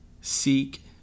Seek